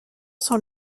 sont